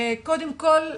קודם כל,